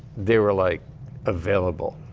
they were like available.